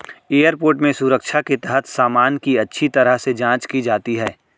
airport में सुरक्षा के तहत सामान की अच्छी तरह से जांच की जाती है